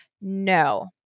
No